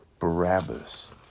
Barabbas